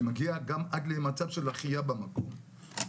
שמגיע עד למצב של החייאה במקום,